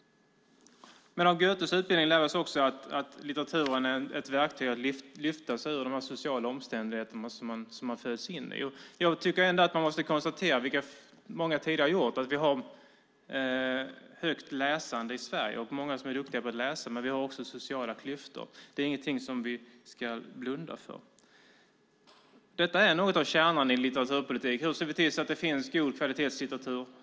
Av Goethes utbildning lär vi också att litteraturen är ett verktyg att lyfta sig ur de sociala omständigheterna som man föds in i. Man måste ändå konstatera, vilket många tidigare gjort, att vi har ett högt läsande och många som är duktiga på att läsa. Men vi har också sociala klyftor. Det är ingenting som vi ska blunda för. Detta är något av kärnan i litteraturpolitiken. Hur ser vi till att det finns god kvalitetslitteratur?